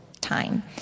time